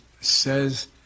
says